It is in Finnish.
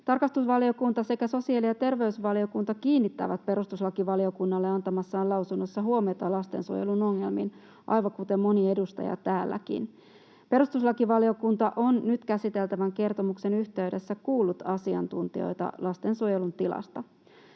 tarkastusvaliokunta sekä sosiaali- ja terveysvaliokunta kiinnittävät perustuslakivaliokunnalle antamassaan lausunnossa huomiota lastensuojelun ongelmiin, aivan kuten moni edustaja täälläkin. Perustuslakivaliokunta on nyt käsiteltävän kertomuksen yhteydessä kuullut asiantuntijoita lastensuojelun tilasta.